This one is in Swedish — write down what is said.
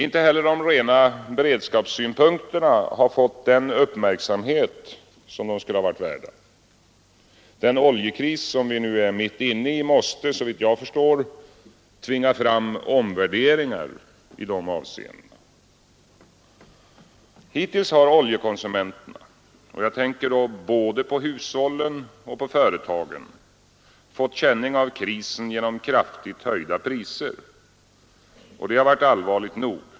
Inte heller de rena beredskapssynpunkterna har fått den uppmärksamhet som de skulle ha varit värda. Den oljekris som vi nu är mitt inne i måste, såvitt jag förstår, tvinga fram omvärderingar i dessa avseenden. Hittills har oljekonsumenterna — jag tänker då både på hushållen och på företagen — fått känning av krisen genom kraftigt höjda priser. Detta har varit allvarligt nog.